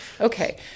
Okay